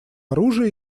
оружие